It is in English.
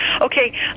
okay